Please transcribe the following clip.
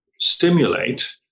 stimulate